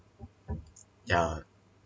yeah